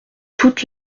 toute